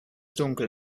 dunkel